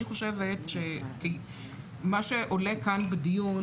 אני חושבת שמה שעולה כאן בדיון,